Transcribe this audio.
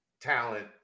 talent